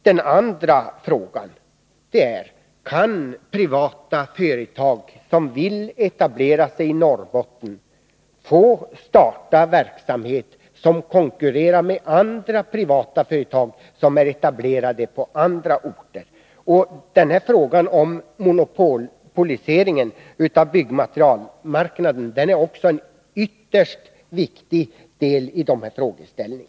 Den andra frågan är: Kan privata företag, som vill etablera sig i Norrbotten, få starta verksamhet som konkurrerar med andra privata företag, som är etablerade på andra orter? Frågan om monopoliseringen av byggmaterialmarknaden är också ytterst viktig i detta sammanhang.